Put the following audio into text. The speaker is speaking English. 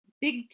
big